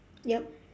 yup